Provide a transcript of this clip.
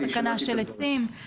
סכנה של עצים.